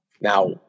Now